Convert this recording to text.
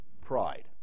Pride